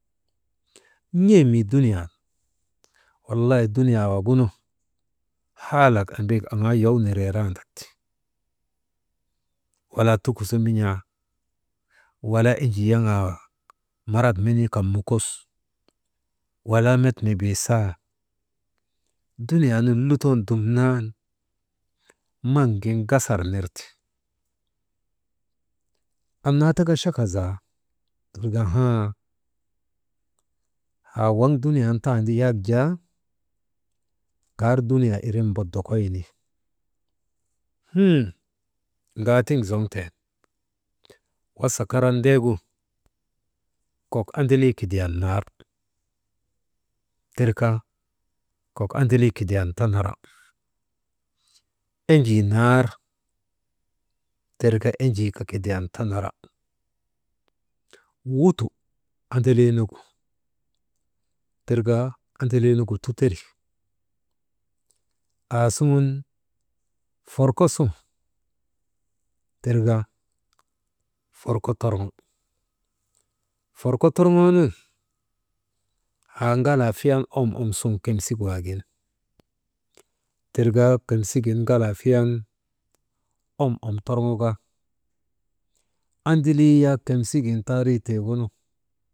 N̰e mii duniyan walay dunuyaa wagunu haalak embek aŋaa yow niree randak ti, walaa tukusu min̰aa wala enjii yaŋaa marat menii kan mikos, walaa met mibisaa dunuyaanun lutoonu dumnan maŋ gin gasar nir ti, annaa tika chaka zaa irka haa haa waŋ duniyan tan yak jaa kar duniyaa irin mbodokoyni, hun ŋaatiŋ zoŋtee nu, wasa karan deegu kok andalii kidiyan nar, tir ka kok andalii kidiyan tanara, enjii nar tir ka enjii kaa kidiyan tanara, wutu andaliinugu tirka andaliinugu tuteri, aasuŋun forko suŋ tirka, forko toroŋ forko torŋoo nun haa ŋalaa fiyan om om suŋ kimsikwaagin tirka kimsigin ŋalaa fiyan om om torŋoka andalii yak kimsigin taarii gunu.